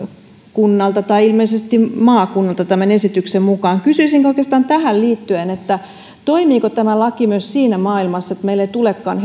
kunnalta tai ilmeisesti maakunnalta tämän esityksen mukaan kysyisin oikeastaan tähän liittyen toimiiko tämä laki myös siinä maailmassa että meille ei tulekaan